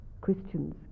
Christians